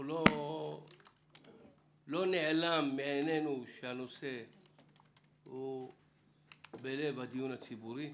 לא נעלם מעינינו, שהנושא הוא בלב הדיון הציבורי.